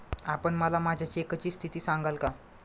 आपण मला माझ्या चेकची स्थिती सांगाल का?